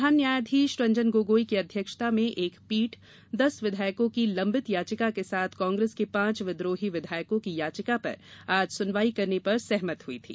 प्रधान न्यायाधीश रंजन गोगोई की अध्यक्षता में एक पीठ दस विधायकों की लम्बित याचिका के साथ कांग्रेस के पांच विद्रोही विधायकों की याचिका पर आज सुनवाई करने पर सहमत हुई थी